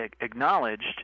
acknowledged